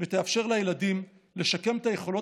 והן יאפשרו לילדים לשקם את היכולות